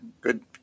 good